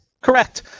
Correct